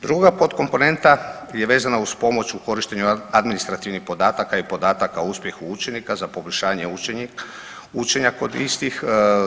Druga pod komponenta je vezana uz pomoć u korištenju administrativnih podataka i podataka o uspjehu učenika za poboljšanje učenja kod istih.